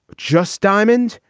just diamond,